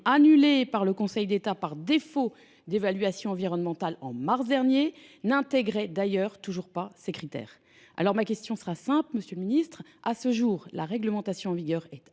annulé par le Conseil d’État pour défaut d’évaluation environnementale en mars dernier, n’intégrait d’ailleurs toujours pas ces critères. Ma question est simple, monsieur le ministre. Puisque la réglementation en vigueur est,